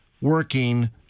working